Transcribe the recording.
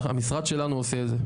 המשרד שלנו עושה את זה.